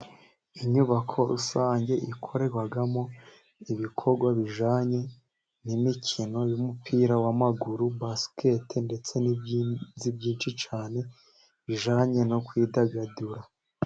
Inyubako rusange ikorerwamo ibikorwa bijyanye n' imikino y' umupira w' amaguru, basiketi bolo ndetse n' ibindi byinshi cyane bijyanye no kwidagadura.